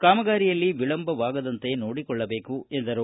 ಕಾಮಗಾರಿಯಲ್ಲಿ ವಿಳಂಬವಾಗದಂತೆ ನೋಡಿಕೊಳ್ಳಬೇಕು ಎಂದರು